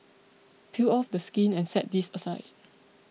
peel off the skin and set this aside